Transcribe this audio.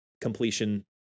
Completion